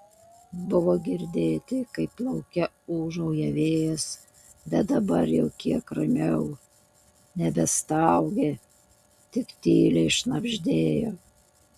buvo girdėti kaip lauke ūžauja vėjas bet dabar jau kiek ramiau nebestaugė tik tyliai šnabždėjo